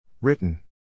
Written